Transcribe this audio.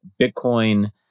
Bitcoin